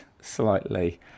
slightly